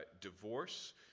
divorce